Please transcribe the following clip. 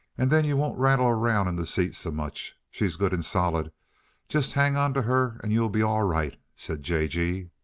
and then yuh won't rattle around in the seat so much. she's good and solid just hang onto her and you'll be all right, said j. g.